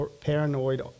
Paranoid